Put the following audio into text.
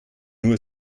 nur